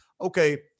okay